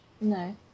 No